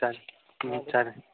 चालेल चालेल